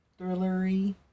thrillery